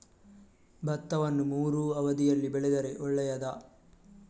ಭತ್ತವನ್ನು ಮೂರೂ ಅವಧಿಯಲ್ಲಿ ಬೆಳೆದರೆ ಒಳ್ಳೆಯದಾ?